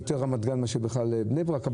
היא יותר ברמת גן מאשר בבני ברק.